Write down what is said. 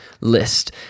list